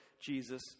Jesus